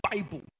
Bible